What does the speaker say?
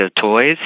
toys